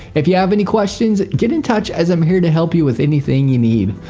if you have any questions, get in touch as i'm here to help you with anything you need.